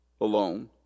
alone